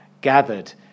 gathered